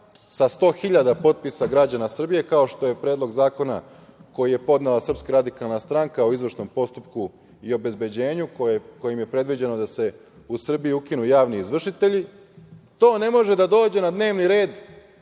sa 100.000 potpisa građana Srbije, kao što je Predlog zakona koji je podnela SRS o izvršnom postupku i obezbeđenju kojim je predviđeno da se u Srbiji ukinu javni izvršitelji, to ne može da dođe na dnevni red